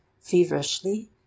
feverishly